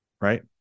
right